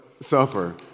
suffer